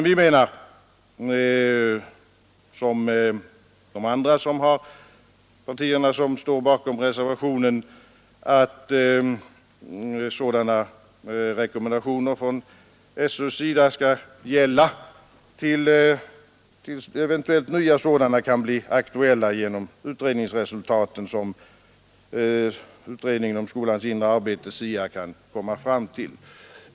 Vi liksom de andra partier som står bakom reservationen anser att sådana rekommendationer från SÖ:s sida skall gälla tills nya rekommendationer kan bli aktuella genom de utredningsresultat som SIA kan komma fram till.